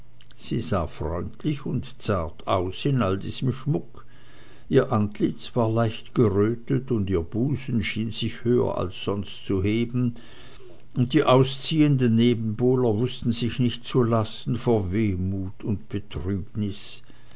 sie sah freundlich und zart aus in all diesem schmuck ihr antlitz war leicht gerötet und ihr busen schien sich höher als sonst zu heben und die ausziehenden nebenbuhler wußten sich nicht zu lassen vor wehmut und betrübnis